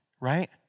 right